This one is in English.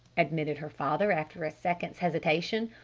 admitted her father after a second's hesitation.